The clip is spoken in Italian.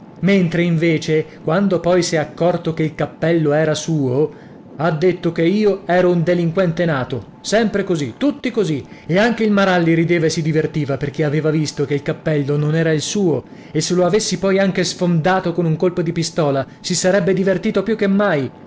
mentre invece quando poi s'è accorto che il cappello era suo ha detto che io ero un delinquente nato sempre così tutti così e anche il maralli rideva e si divertiva perché aveva visto che il cappello non era il suo e se lo avessi poi anche sfondato con un colpo di pistola si sarebbe divertito più che mai